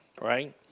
right